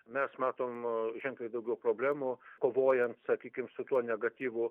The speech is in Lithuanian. mes matom ženkliai daugiau problemų kovojant sakykim su tuo negatyvu